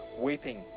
weeping